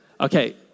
Okay